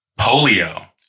polio